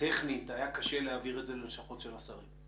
שטכנית היה קשה להעביר את זה ללשכות השרים.